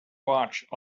watched